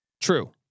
True